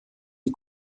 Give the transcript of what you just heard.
die